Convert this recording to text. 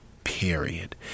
period